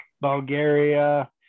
Bulgaria